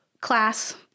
class